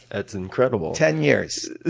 that's incredible. ten years.